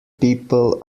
people